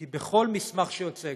כי בכל מסמך שיוצא,